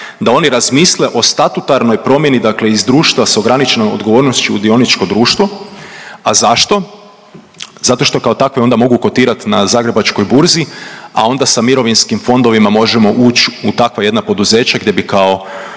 da oni razmisle o statutarnoj promjeni, dakle iz društva sa ograničenom odgovornošću u dioničko društvo, a zašto? Zato što kao takve onda mogu kotirati na Zagrebačkoj burzi, a onda sa mirovinskim fondovima možemo ući u takva jedna poduzeća gdje bi kao